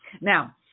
Now